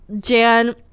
Jan